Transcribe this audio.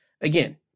Again